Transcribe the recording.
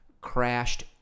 crashed